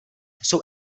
jsou